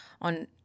on